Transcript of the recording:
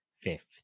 fifth